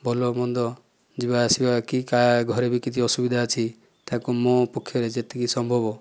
ଭଲମନ୍ଦ ଯିବା ଆସିବା କି କାହା ଘରେ ବି କିଛି ଅସୁବିଧା ଅଛି ତାକୁ ମୋ ପକ୍ଷରେ ଯେତିକି ସମ୍ଭବ